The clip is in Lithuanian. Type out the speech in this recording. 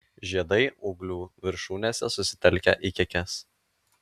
žiedai ūglių viršūnėse susitelkę į kekes